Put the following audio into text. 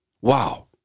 Wow